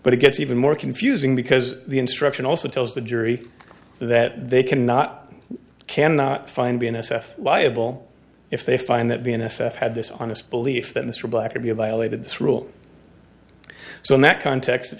but it gets even more confusing because the instruction also tells the jury that they cannot cannot find be in s f liable if they find that b n s f had this honest belief that mr black would be violated this rule so in that context it